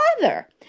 father